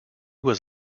was